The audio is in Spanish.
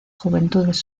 juventudes